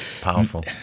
Powerful